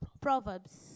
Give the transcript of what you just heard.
Proverbs